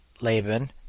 Laban